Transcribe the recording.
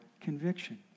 conviction